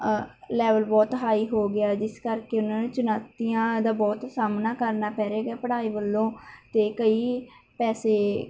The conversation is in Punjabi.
ਲੈਵਲ ਬਹੁਤ ਹਾਈ ਹੋ ਗਿਆ ਜਿਸ ਕਰਕੇ ਉਹਨਾਂ ਨੇ ਚ ਚੁਣੌਤੀਆਂ ਦਾ ਬਹੁਤ ਸਾਹਮਣਾ ਕਰਨਾ ਪੈ ਰਿਹਾ ਪੜ੍ਹਾਈ ਵੱਲੋਂ ਅਤੇ ਕਈ ਪੈਸੇ